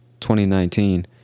2019